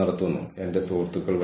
ഒപ്പം അത് ലൂപ്പ് പൂർത്തിയാക്കുന്നു